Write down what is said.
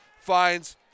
finds